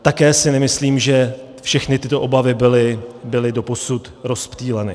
Také si nemyslím, že všechny tyto obavy byly doposud rozptýleny.